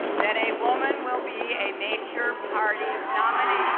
that a woman will be a major party's nominee.